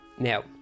Now